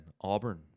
Auburn